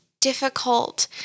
difficult